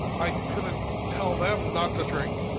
i couldn't tell them not to drink.